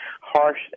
harsh